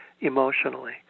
emotionally